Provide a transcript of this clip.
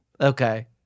Okay